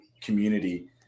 community